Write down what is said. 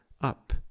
up